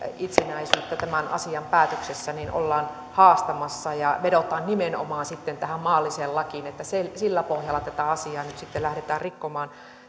itsenäisyyttä tämän asian päätöksessä ollaan haastamassa ja vedotaan nimenomaan sitten tähän maalliseen lakiin että sillä pohjalla tätä asiaa nyt sitten lähdetään rikkomaan